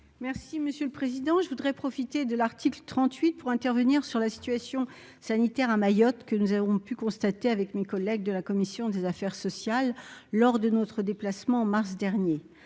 Merci monsieur le Président, je voudrais profiter de l'article 38 pour intervenir sur la situation sanitaire à Mayotte que nous avons pu constater avec mes collègues de la commission des affaires sociales lors de notre déplacement en mars dernier,